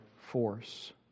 force